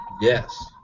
Yes